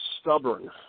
stubborn